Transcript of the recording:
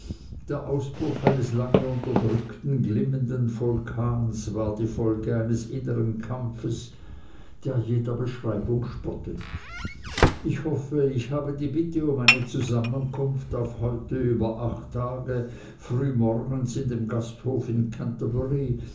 der ausbruch eines lange unterdrückten glimmenden vulkans war die folge eines innern kampfes der jeder beschreibung spottet ich hoffe ich habe die bitte um eine zusammenkunft auf heute über acht tage frühmorgens in dem gasthof in